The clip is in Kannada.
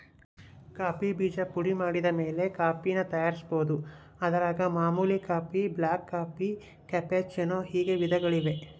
ಕಾಫಿ ಬೀಜ ಪುಡಿಮಾಡಿದಮೇಲೆ ಕಾಫಿನ ತಯಾರಿಸ್ಬೋದು, ಅದರಾಗ ಮಾಮೂಲಿ ಕಾಫಿ, ಬ್ಲಾಕ್ಕಾಫಿ, ಕ್ಯಾಪೆಚ್ಚಿನೋ ಹೀಗೆ ವಿಧಗಳಿವೆ